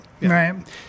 Right